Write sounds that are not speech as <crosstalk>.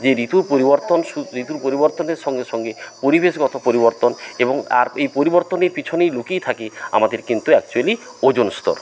যে ঋতুর পরিবর্তন <unintelligible> ঋতুর পরিবর্তনের সঙ্গে সঙ্গে পরিবেশগত পরিবর্তন এবং আর এই পরিবর্তনের পিছনেই লুকিয়ে থাকে আমাদের কিন্তু অ্যাকচ্যুয়ালি ওজন স্তর